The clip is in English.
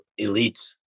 elites